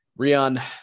Rian